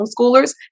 homeschoolers